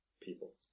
people